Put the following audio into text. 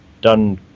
done